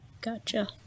Gotcha